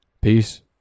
Peace